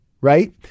right